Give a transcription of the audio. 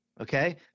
Okay